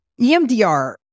EMDR